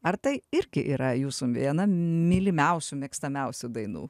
ar tai irgi yra jūsų viena mylimiausių mėgstamiausių dainų